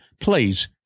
please